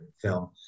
film